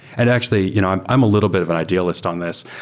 and actually, you know i'm i'm a little bit of an idealist on this.